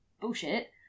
bullshit